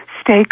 stay